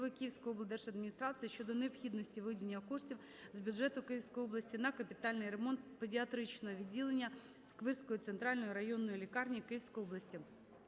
Київської облдержадміністрації щодо необхідності виділення коштів з бюджету Київської області на капітальний ремонт педіатричного відділення Сквирської центральної районної лікарні Київської області.